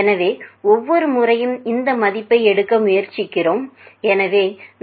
எனவே ஒவ்வொரு முறையும் இந்த மதிப்பை எடுக்க முயற்சிக்கிறோம் எனவே 424